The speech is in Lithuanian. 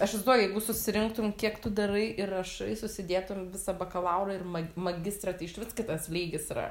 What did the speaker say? aš izduoju jeigu susirinktum kiek tu darai ir rašai susidėtum visą bakalaurą ir mag magistrą tai išvis kitas lygis yra